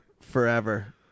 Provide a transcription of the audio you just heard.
forever